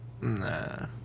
Nah